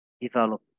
develop